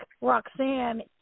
Roxanne